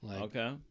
Okay